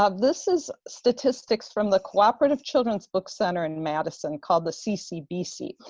um this is statistics from the cooperative children's book center in madison, called the ccbc,